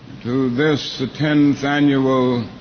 to this, the tenth annual